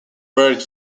buried